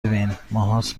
ببین، ماههاست